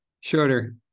Shorter